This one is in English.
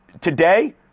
today